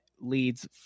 leads